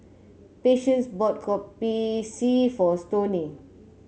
Patience bought Kopi C for Stoney